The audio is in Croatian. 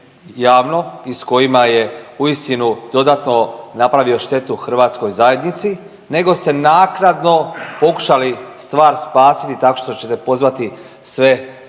i s kojima je uistinu dodatno napravio štetu hrvatskoj zajednici nego ste naknadno pokušali stvar spasiti tako što ćete pozvati sve